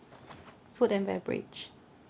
food and beverage